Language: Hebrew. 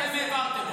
אתם העברתם אותו.